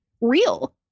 real